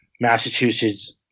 Massachusetts